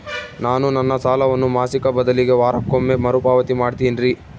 ನಾನು ನನ್ನ ಸಾಲವನ್ನು ಮಾಸಿಕ ಬದಲಿಗೆ ವಾರಕ್ಕೊಮ್ಮೆ ಮರುಪಾವತಿ ಮಾಡ್ತಿನ್ರಿ